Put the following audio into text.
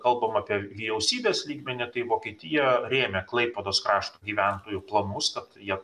kalbam apie vyriausybės lygmenį tai vokietija rėmė klaipėdos krašto gyventojų planus jie